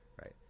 Right